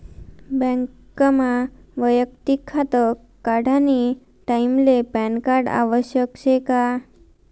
बँकमा वैयक्तिक खातं काढानी टाईमले पॅनकार्ड आवश्यक शे का?